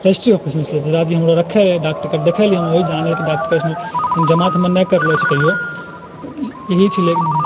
registry ऑफिसमे छलै दादाजी हमर रखै रहै डाकटिकट देखै रहै हमहुँ जानै छलियै डाक टिकट जमा तऽ हमे नहि करलो छी कहियो यही छलै